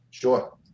Sure